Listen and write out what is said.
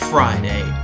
Friday